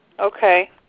Okay